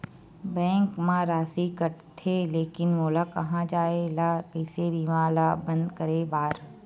Bank मा राशि कटथे लेकिन मोला कहां जाय ला कइसे बीमा ला बंद करे बार?